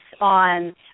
on